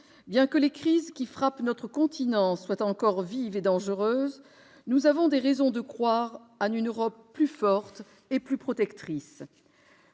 bien que les crises qui frappent notre continent soient encore vives et dangereuses, nous avons encore des raisons de croire en une Europe plus forte et plus protectrice.